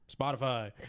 Spotify